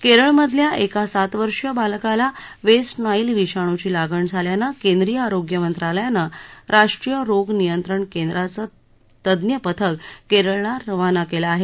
केरळमधल्या एका सातवर्षीय बालकाला वेस नाईल विषाणूची लागण झाल्यानं केंद्रीय आरोग्य मंत्रालयानं राष्ट्रीय रोग नियंत्रण केंद्राचं तज्ञ पथक केरळला रवाना केलं आहे